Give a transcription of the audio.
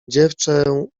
dziewczę